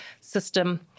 system